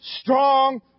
strong